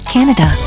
Canada